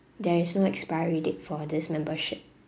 there is no expiry date for this membership